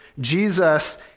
Jesus